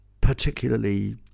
particularly